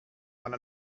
one